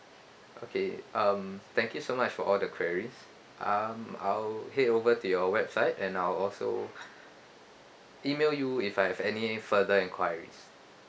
okay um thank you so much for all the queries um I'll head over to your website and I'll also email you if I have any further enquiries